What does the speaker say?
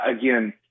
Again